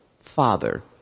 father